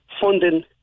funding